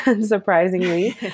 surprisingly